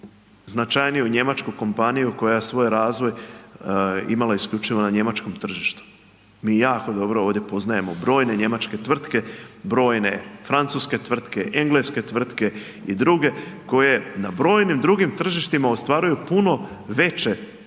značajniju njemačku kompaniju koja svoj razvoja imala isključivo na njemačkom tržištu. Mi jako dobro ovdje poznajemo brojne njemačke tvrtke, brojne francuske, engleske tvrtke i druge koje na brojnim drugim tržištima ostvaruju puno veće financijske